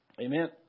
Amen